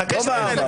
חכה שנייה.